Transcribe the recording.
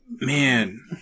Man